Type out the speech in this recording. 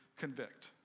convict